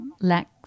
lack